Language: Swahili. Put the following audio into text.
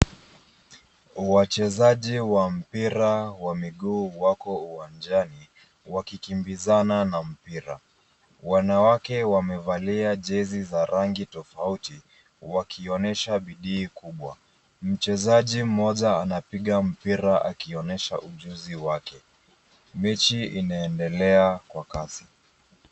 Wachezaji wa mpira wa miguu wako uwanjani, wakikimbizana na mpira. Wanawake wamevalia jezi za rangi tofauti wakionyesha bidii kubwa. Mchezaji mmoja anapiga mpira akionyesha ujuzi wake. Mechi inaendelea kwa kasi.